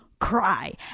cry